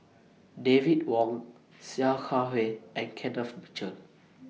David Wong Sia Kah Hui and Kenneth Mitchell